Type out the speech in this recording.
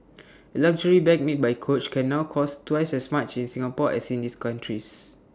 A luxury bag made by coach can now cost twice as much in Singapore as in these countries